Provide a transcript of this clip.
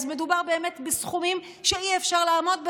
מדובר באמת בסכומים שאי-אפשר לעמוד בהם.